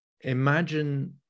imagine